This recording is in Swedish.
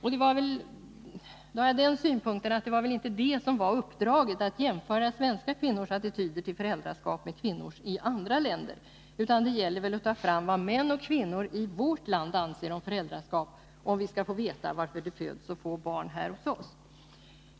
Nu har jag den synpunkten att uppdraget väl inte var att jämföra svenska kvinnors attityder till föräldraskap med motsvarande attityder hos kvinnor i andra länder. Det gäller väl att ta fram vad män och kvinnor i vårt land anser om föräldraskap, om vi skall få veta varför det föds så få barn här hos OSS.